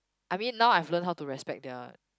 I mean now I've learned how to respect their